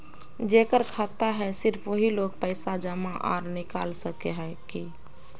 जेकर खाता है सिर्फ वही लोग पैसा जमा आर निकाल सके है की?